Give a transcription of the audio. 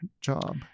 job